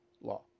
law